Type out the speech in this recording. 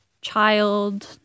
child